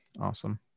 Awesome